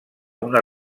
una